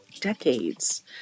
decades